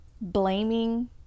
blaming